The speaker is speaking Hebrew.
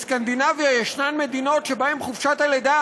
בסקנדינביה יש מדינות שבהן חופשת הלידה